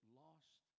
lost